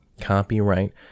copyright